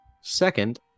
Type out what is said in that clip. Second